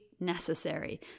necessary